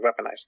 weaponized